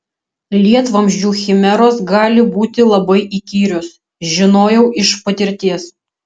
lietvamzdžių chimeros gali būti labai įkyrios žinojau iš patirties